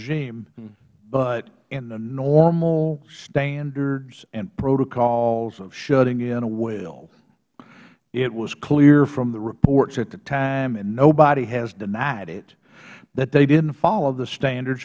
regime but in the normal standards and protocols of shutting in a well it was clear from the reports at the time and nobody has denied it that they didn't follow the standards